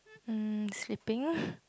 hmm sleeping